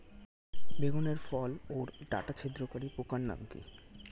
বেগুনের ফল ওর ডাটা ছিদ্রকারী পোকার নাম কি?